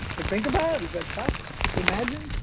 but think about, is that tough to imagine.